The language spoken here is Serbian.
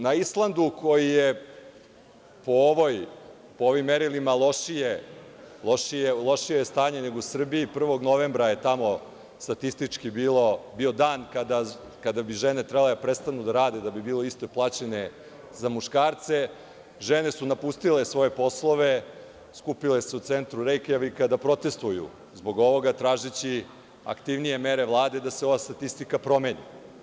Na Islandu, gde je po ovim merilima lošije stanje nego u Srbiji, 1. novembra je tamo statistički bio dan kada bi žene trebalo da prestanu da rade da bi bile isto plaćene kao muškarci, žene su napustile svoje poslove, skupile se u centru Rejkjavika da protestvuju zbog ovoga, tražeći aktivnije mere vlade da se ova statistika promeni.